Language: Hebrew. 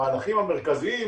המהלכים המרכזיים,